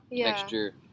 texture